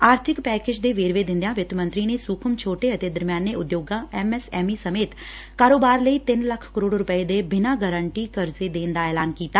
ਆਰਬਿਕ ਪੈਕੇਜ ਦੇ ਵੇਰਵੇ ਦਿੰਦਿਆਂ ਵਿੱਤ ਮੰਤਰੀ ਨੇ ਸੁਖ਼ਮ ਛੋਟੇ ਅਤੇ ਦਰਮਿਆਨੇ ਉਦਯੋਗ ਐਮ ਐਸ ਐਮ ਈ ਸਮੇਤ ਕਾਰੋਬਾਰ ਲਈ ਤਿੰਨ ਲੱਖ ਕਰੋੜ ਰੂਪੈ ਦੇ ਬਿਨਾਂ ਗਰੰਟੀ ਕਰਜ਼ੇ ਦੇਣ ਦਾ ਐਲਾਨ ਕੀਤਾ